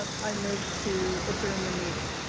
um i move to adjourn the meeting.